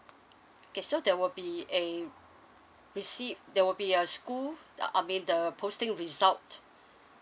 okay so there will be a receipt there will be a school uh I mean the posting result